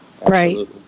Right